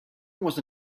was